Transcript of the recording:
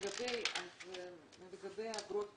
לגבי אגרות בחינה,